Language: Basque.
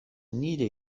nire